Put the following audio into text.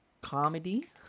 comedy